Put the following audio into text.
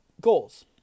goals